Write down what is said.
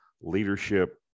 leadership